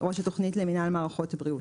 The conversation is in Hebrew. ראש התוכנית למינהל מערכות בריאות.